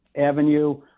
Avenue